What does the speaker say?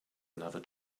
another